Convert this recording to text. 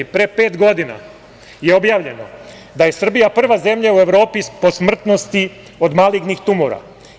Pre pet godina je objavljeno da je Srbija prava zemlja u Evropi po smrtnosti od malignih tumora.